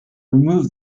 remove